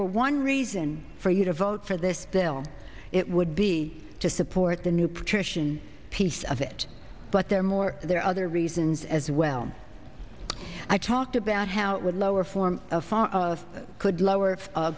were one reason for you to vote for this bill it would be to support the new patrician piece of it but there more there are other reasons as well i talked about how it would lower form of our of could lower